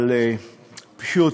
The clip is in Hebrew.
אבל פשוט,